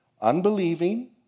unbelieving